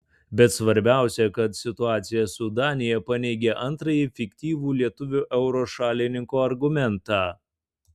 bet svarbiausia kad situacija su danija paneigia antrąjį fiktyvų lietuvių euro šalininkų argumentą